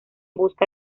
busca